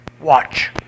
Watch